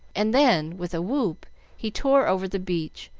and then with a whoop he tore over the beach,